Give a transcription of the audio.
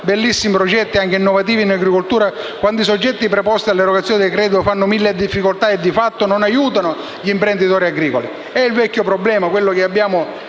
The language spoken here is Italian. bellissimi progetti, anche innovativi in agricoltura, quando i soggetti preposti all'erogazione del credito fanno mille difficoltà e di fatto non aiutano gli imprenditori agricoli? È il vecchio problema che abbiamo